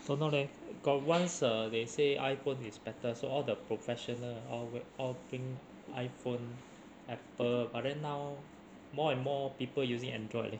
don't know leh got once uh they say iPhone is better so all the professional all that all think iPhone Apple but then now more and more people using Android [what]